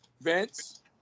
Vince